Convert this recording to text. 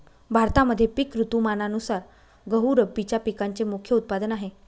भारतामध्ये पिक ऋतुमानानुसार गहू रब्बीच्या पिकांचे मुख्य उत्पादन आहे